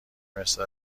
مثل